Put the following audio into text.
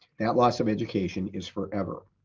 that loss of education is forever.